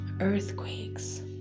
earthquakes